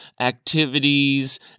activities